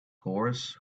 horse